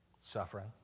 Suffering